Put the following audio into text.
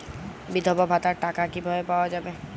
বিধবা ভাতার টাকা কিভাবে পাওয়া যাবে?